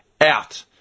out